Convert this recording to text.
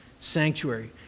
sanctuary